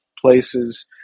places